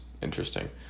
interesting